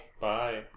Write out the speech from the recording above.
Bye